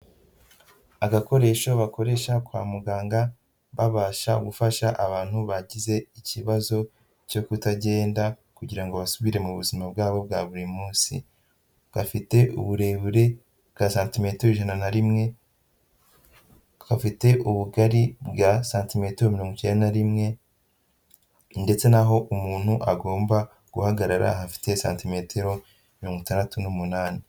Agakoresho bakoresha kwa muganga, babasha gufasha abantu bagize ikibazo cyo kutagenda kugira ngo basubire mu buzima bwabo bwa buri munsi. Gafite uburebure bwa santimetero ijana na rimwe, gafite ubugari bwa santimetero mirongo icyenda na rimwe ndetse n'aho umuntu agomba guhagarara, hafite santimetero mirongo itandatu n'umunani.